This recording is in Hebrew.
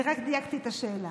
זה חוק, את רוצה לתת לי?